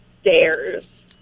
stairs